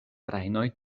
trajnoj